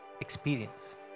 experience